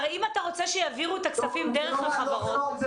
הרי אם אתה רוצה שיעבירו את הכספים דרך החברות -- לא